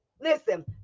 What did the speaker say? listen